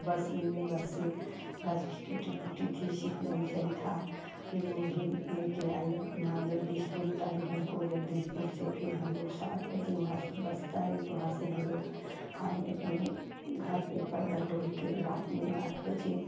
बस मिली बस से बस भी टूटी फूटी थी सीट नहीं सही था फिर वो भी लेके आई यहाँ जगदीशपुर उतारी हमको जगदीशपुर से फिर हम लोग सात बजे वहाँ से बस उतारी तो वहाँ से हम लोग आए अपने घर पर पैदल डोलके रात में आठ बजे